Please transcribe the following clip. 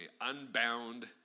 Unbound